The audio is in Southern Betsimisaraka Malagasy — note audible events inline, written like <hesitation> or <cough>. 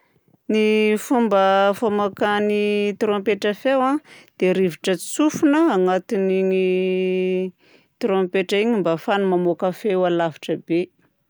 Ny <hesitation> fomba <hesitation> famoakan'ny <hesitation> trompetra feo a dia rivotra tsofina agnatin'igny trompetra igny mba ahafahany mamoaka feo alavitra be.